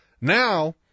Now